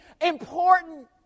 important